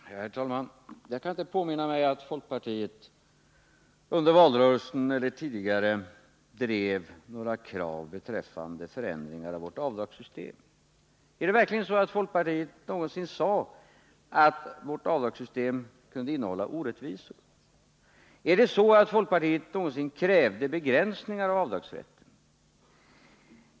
Herr talman! Jag kan inte påminna mig att folkpartiet under valrörelsen eller dessförinnan drev några krav på förändring av vårt avdragssystem. Är det verkligen så att folkpartiet någonsin sade att vårt avdragssystem innehåller orättvisor? Är det så att folkpartiet någonsin krävde begränsningar av avdragsrätten?